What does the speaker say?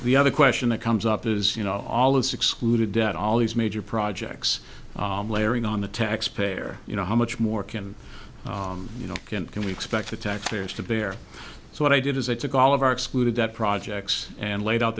the other question that comes up is you know all is excluded debt all these major projects layering on the taxpayer you know how much more can you know can we expect the taxpayers to bear so what i did is they took all of our excluded that projects and laid out